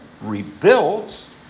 rebuilt